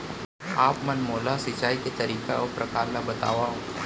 आप मन मोला सिंचाई के तरीका अऊ प्रकार ल बतावव?